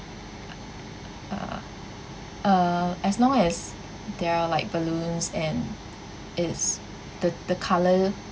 uh uh as long as there are like balloons and is the the colour